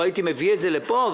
לא הייתי מביא את זה לפה?